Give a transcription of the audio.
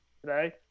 today